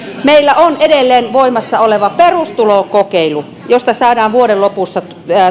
meillä on edelleen voimassa oleva perustulokokeilu josta saadaan vuoden lopussa